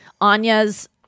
Anya's